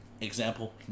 example